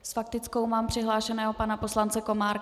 S faktickou mám přihlášeného pana poslance Komárka.